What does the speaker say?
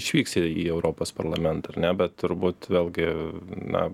išvyks į į europos parlamentą ar ne bet turbūt vėlgi na